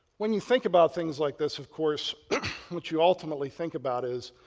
when you think about things like this of course what you ultimately think about is,